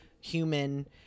human